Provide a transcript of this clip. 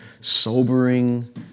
sobering